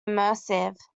immersive